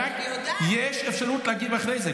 יש אפשרות להגיב אחרי זה.